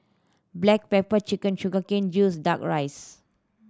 black pepper chicken sugar cane juice Duck Rice